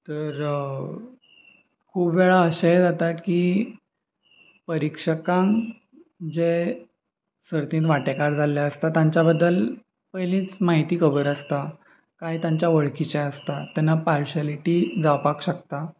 तर खूब वेळार अशेंय जाता की परिक्षकांक जे सर्तींत वांटेकार जाल्ले आसता तांच्या बद्दल पयलींच म्हायती खबर आसता कांय तांच्या वळखीचें आसता तेन्ना पार्शिलिटी जावपाक शकता